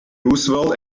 roosevelt